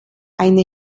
eine